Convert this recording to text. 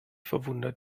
verwundert